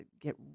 get